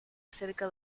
cerca